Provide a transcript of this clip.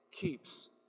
keeps